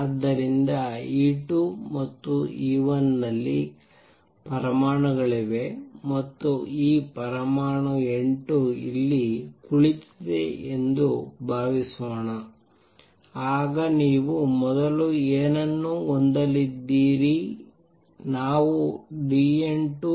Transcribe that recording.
ಆದ್ದರಿಂದ E2 ಮತ್ತು E1 ನಲ್ಲಿ ಪರಮಾಣುಗಳಿವೆ ಮತ್ತು ಈ ಪರಮಾಣು N2 ಇಲ್ಲಿ ಕುಳಿತಿದೆ ಎಂದು ಭಾವಿಸೋಣ ಆಗ ನೀವು ಮೊದಲು ಏನನ್ನು ಹೊಂದಲಿದ್ದೀರಿ ನಾವು dN2dt